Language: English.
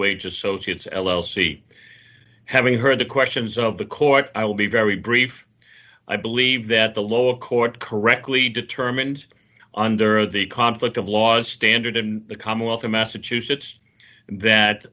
age associates l l c having heard the questions of the court i will be very brief i believe that the lower court correctly determined under the conflict of laws standard in the commonwealth of massachusetts that